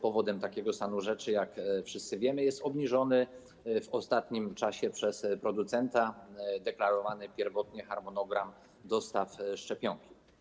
Powodem takiego stanu rzeczy, jak wszyscy wiemy, jest zmieniony w ostatnim czasie przez producenta deklarowany pierwotnie harmonogram dostaw szczepionki.